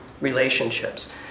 relationships